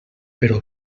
però